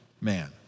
man